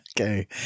Okay